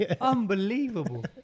Unbelievable